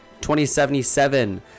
2077